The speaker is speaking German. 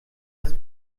das